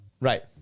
Right